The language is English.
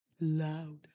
Loud